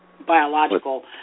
biological